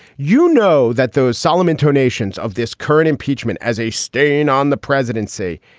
you know that those solemn intonations of this current impeachment as a stain on the presidency.